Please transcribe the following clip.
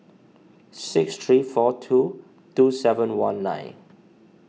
six three four two two seven one nine